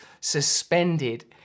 suspended